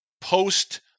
post-